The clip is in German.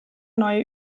neue